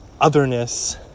otherness